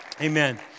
Amen